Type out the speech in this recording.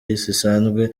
zisanzwe